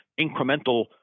incremental